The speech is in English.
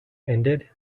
ended